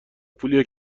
پولیه